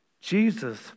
Jesus